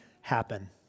happen